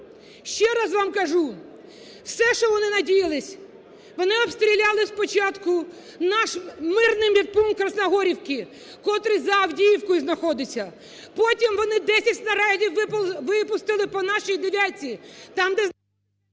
Ще раз вам кажу: все, що вони надіялись, вони обстріляли спочатку наш мирний медпункт в Красногорівці, котрий за Авдіївкою знаходиться, потім вони десять снарядів випустили по нашій "дев'ятці", там, де… ГОЛОВУЮЧИЙ.